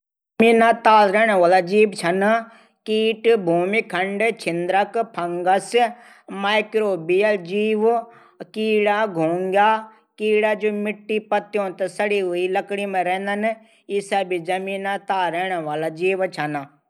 जमीन ताल रैण वाला जीव छन। कीट भूमीखंड। छिंदरक, फंगस। माइकोबियल जीव कीडा घैंघा। कीडा जू सड्याः लकडी मा रैंदन। ई सभी जमीन ताल रैंण वाला छन।